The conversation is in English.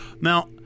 Now